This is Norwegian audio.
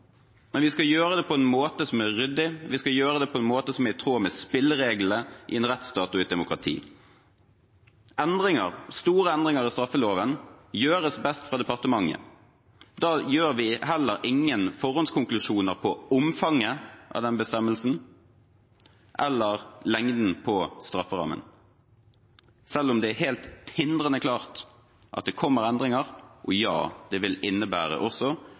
men vi skal gjøre det på en ryddig måte og på en måte som er i tråd med spillereglene i en rettsstat og i et demokrati. Store endringer i straffeloven gjøres best fra departementet. Da trekker vi heller ingen forhåndskonklusjoner om omfanget av bestemmelsen eller lengden på strafferammen – selv om det er helt tindrende klart at det kommer endringer, og ja, det vil innebære at man også